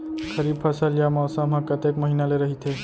खरीफ फसल या मौसम हा कतेक महिना ले रहिथे?